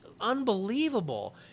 unbelievable